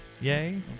Yay